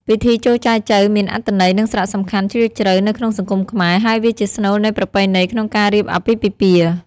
ពិធីចូលចែចូវមាន អត្ថន័យ និងសារៈសំខាន់ជ្រាលជ្រៅ នៅក្នុងសង្គមខ្មែរ ហើយវាជាស្នូលនៃប្រពៃណីក្នុងការរៀបអាពាហ៍ពិពាហ៍។